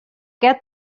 get